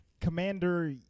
Commander